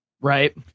Right